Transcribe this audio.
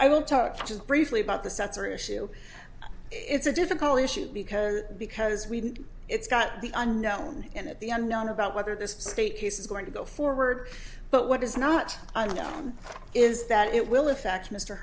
i will talk just briefly about the sensory issue it's a difficult issue because because we it's got the unknown and that the unknown about whether this state case is going to go forward but what is not unknown is that it will effect mr